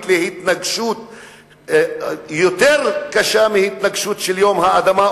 להתנגשות יותר קשה מההתנגשות של יום האדמה,